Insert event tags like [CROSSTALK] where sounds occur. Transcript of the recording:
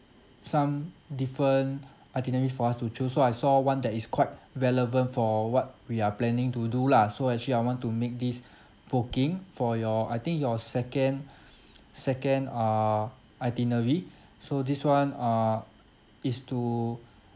some different itineraries for us to choose so I saw one that is quite relevant for what we are planning to do lah so actually I want to make this [BREATH] booking for your I think your second second uh itinerary so this one uh is to